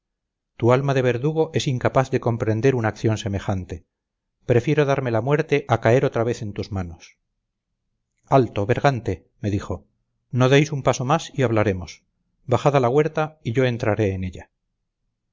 tu alma de verdugo es incapaz de comprender una acción semejante prefiero darme la muerte a caer otra vez en tus manos alto bergante me dijo no deis un paso más y hablaremos bajad a la huerta y yo entraré en ella